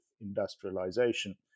industrialization